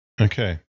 Okay